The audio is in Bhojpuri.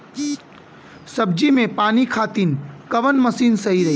सब्जी में पानी खातिन कवन मशीन सही रही?